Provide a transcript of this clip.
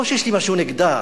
לא שיש לי משהו נגדה,